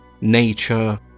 nature